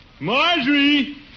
Marjorie